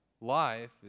life